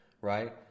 right